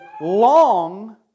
long